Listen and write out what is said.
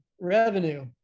revenue